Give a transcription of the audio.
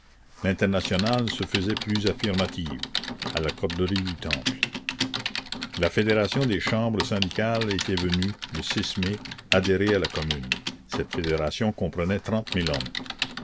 l'internationale se faisait plus affirmative à la corderie du temple la commune la fédération des chambres syndicales était venue le mai adhérer à la commune cette fédération comprenait trente mille hommes